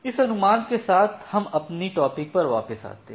इस अनुमान के साथ हम अपनी टॉपिक पर वापस आते हैं